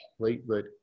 platelet